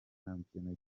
shampiyona